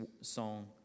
song